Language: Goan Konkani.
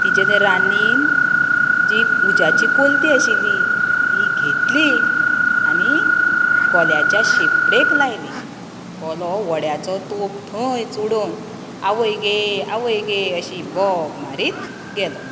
तिजें ते रान्नीन जी उज्याची कोल्ती आशिल्ली ती घेतली आनी कोल्याच्या शेपडेक लायली कोलो वड्याचो तोप थंयच उडोवन आवय गे आवय गे अशी बोब मारीत गेलो